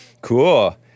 Cool